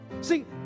See